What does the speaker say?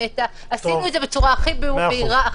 עשינו את זה בצורה הכי בהירה.